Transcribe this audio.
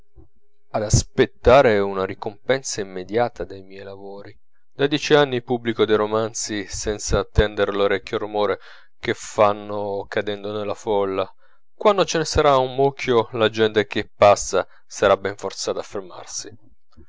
ad aspettare una ricompensa immediata dai miei lavori da dieci anni pubblico dei romanzi senza tender l'orecchio al rumore che fanno cadendo nella folla quando ce ne sarà un mucchio la gente che passa sarà ben forzata a fermarsi